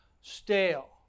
stale